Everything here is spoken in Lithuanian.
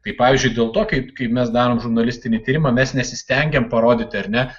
kaip pavyzdžiui dėl to kaip kai mes darom žurnalistinį tyrimą mes nesistengiam parodyti ar ne